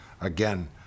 again